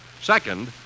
Second